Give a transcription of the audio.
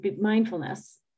mindfulness